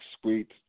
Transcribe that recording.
sweet